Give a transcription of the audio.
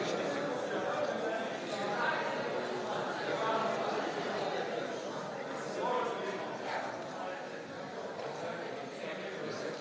Hvala